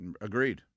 Agreed